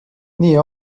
nii